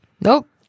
Nope